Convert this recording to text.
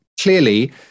clearly